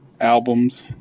albums